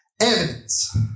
evidence